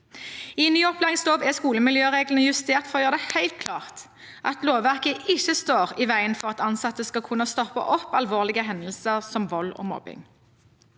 I ny opplæringslov er skolemiljøreglene justert for å gjøre det helt klart at lovverket ikke står i veien for at ansatte skal kunne stoppe alvorlige hendelser som vold og mobbing.